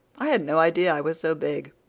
i had no idea i was so big.